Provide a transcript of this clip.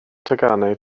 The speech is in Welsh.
teganau